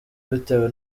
bitewe